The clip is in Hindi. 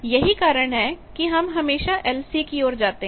यही कारण है कि हम हमेशा LC की ओर जाते हैं